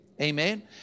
Amen